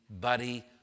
Buddy